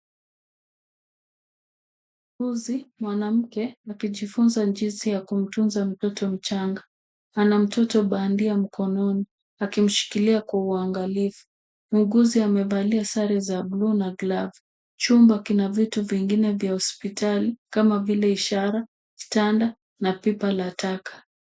Mwanafunzi mwanamke akijifunza jinsi ya kumtunza mtoto mchanga. Ana mtoto bandia mkononi akimshikilia kwa uangalifu. Muuguzi amevalia sare za buluu na glavu. Chumba kina vitu vingine vya hospitali kama vile ishara, kitanda na pipa la taka.